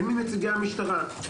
הן מנציגי המשטרה,